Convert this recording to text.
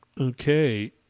Okay